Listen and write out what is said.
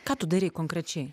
ką tu darei konkrečiai